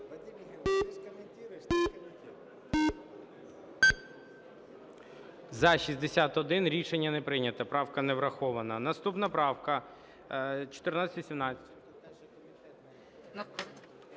За-61 Рішення не прийнято. Правка не врахована. Наступна правка 1418.